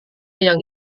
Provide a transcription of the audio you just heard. yang